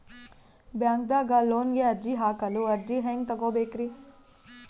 ಬ್ಯಾಂಕ್ದಾಗ ಲೋನ್ ಗೆ ಅರ್ಜಿ ಹಾಕಲು ಅರ್ಜಿ ಹೆಂಗ್ ತಗೊಬೇಕ್ರಿ?